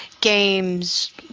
games